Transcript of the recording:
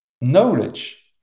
knowledge